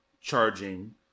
charging